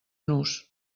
nus